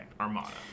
armada